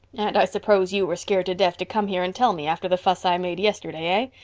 and i suppose you were scared to death to come here and tell me, after the fuss i made yesterday,